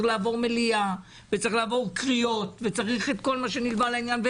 לעבור מליאה וצריך לעבור שלוש קריאות וצריך את כל מה שנלווה לעניין.